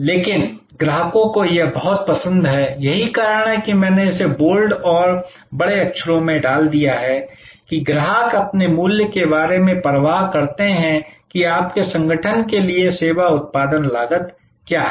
लेकिन ग्राहकों को यह बहुत पसंद है यही कारण है कि मैंने इसे बोल्ड और बड़े अक्षरों में डाल दिया है कि ग्राहक अपने मूल्य के बारे में परवाह करते हैं कि आपके संगठन के लिए सेवा उत्पादन लागत क्या है